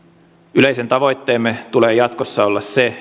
yleisen tavoitteemme tulee jatkossa olla se